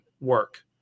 work